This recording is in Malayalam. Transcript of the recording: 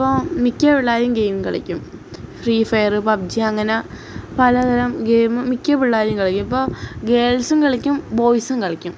ഇപ്പോള് മിക്ക പിള്ളാരും ഗെയിം കളിക്കും ഫ്രീ ഫെയര് പബ്ജി അങ്ങനെ പലതരം ഗെയിം മിക്ക പിള്ളാരും കളിക്കും ഇപ്പോള് ഗേൾസും കളിക്കും ബോയ്സും കളിക്കും